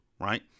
right